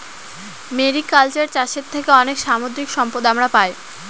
mariculture চাষের থেকে অনেক সামুদ্রিক সম্পদ আমরা পাই